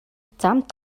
замд